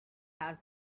was